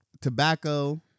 tobacco